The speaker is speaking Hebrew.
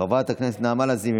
חברת הכנסת אימאן ח'טיב יאסין,